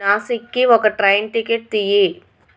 నాసిక్కి ఒక train ticket తీయి